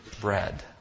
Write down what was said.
Bread